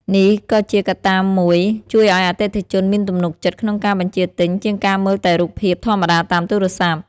នេះក៏ជាកត្តាមួយជួយឲ្យអតិថិជនមានទំនុកចិត្តក្នុងការបញ្ជាទិញជាងការមើលតែរូបភាពធម្មតាតាមទូរស័ព្ទ។